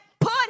put